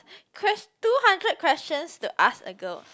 ques~ two hundred questions to ask a girl